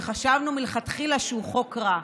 שחשבנו מלכתחילה שהוא חוק רע,